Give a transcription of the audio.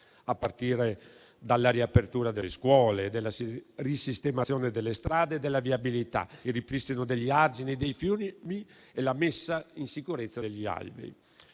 a partire dalla riapertura delle scuole, dalla risistemazione delle strade e della viabilità, al ripristino degli argini dei fiumi e alla messa in sicurezza degli alvei.